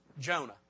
Jonah